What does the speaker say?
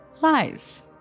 Lives